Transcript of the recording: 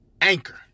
Anchor